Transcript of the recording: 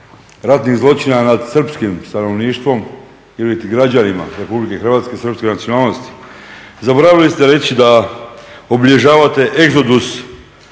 ratnih zločina nad srpskim stanovništvom iliti građanima Republike Hrvatske srpske nacionalnosti. Zaboravili ste reći da obilježavate egzodus